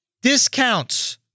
discounts